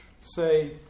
say